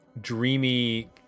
dreamy